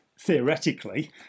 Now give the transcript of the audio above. theoretically